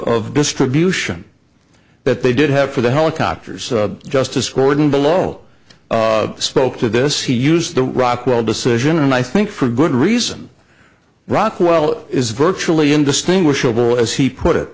of distribution that they did have for the helicopters just discordant below spoke to this he used the rockwell decision and i think for good reason rockwell is virtually indistinguishable as he put it